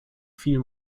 viel